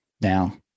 now